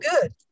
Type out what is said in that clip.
good